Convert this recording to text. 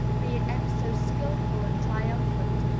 be it ever so skilful and triumphant,